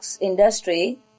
industry